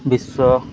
ବିଶ୍ୱ